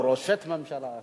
ראשות ממשלה אחת.